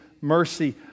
mercy